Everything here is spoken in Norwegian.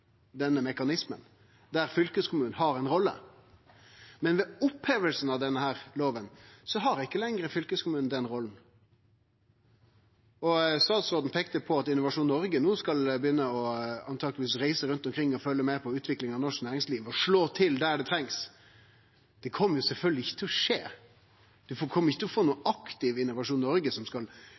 denne mekanismen der fylkeskommunen har ei rolle, men ved oppheving av denne loven har ikkje lenger fylkeskommunen den rolla. Statsråden peikte på at Innovasjon Noreg no antakeleg skal begynne å reise rundt omkring og følgje med på utviklinga i norsk næringsliv og slå til der det trengst. Det kjem sjølvsagt ikkje til å skje. Vi kjem ikkje til å få noko aktivt Innovasjon Noreg som